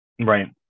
Right